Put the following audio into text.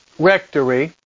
rectory